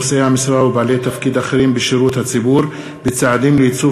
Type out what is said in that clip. נושאי המשרה ובעלי תפקיד אחרים בשירות הציבורי בצעדים לייצוב